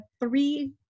three